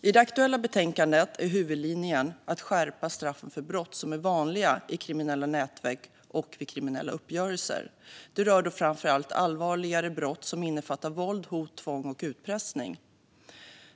I det aktuella betänkandet är huvudlinjen att skärpa straffen för brott som är vanliga i kriminella nätverk och vid kriminella uppgörelser. Det rör framför allt allvarligare brott som innefattar våld, hot, tvång och utpressning.